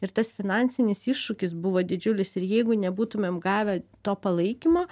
ir tas finansinis iššūkis buvo didžiulis ir jeigu nebūtumėm gavę to palaikymo